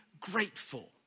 grateful